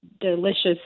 delicious